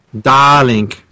Darling